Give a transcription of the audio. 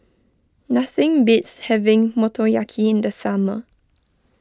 nothing beats having Motoyaki in the summer